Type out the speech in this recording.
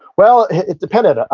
well, it depended.